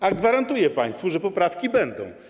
A gwarantuję państwu, że poprawki będą.